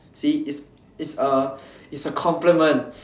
see is is a is a compliment